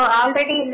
already